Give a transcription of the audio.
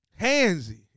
handsy